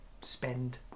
spend